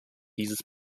dieses